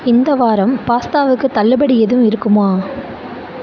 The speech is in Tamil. இந்த வாரம் பாஸ்தாவுக்கு தள்ளுபடி எதுவும் இருக்குமா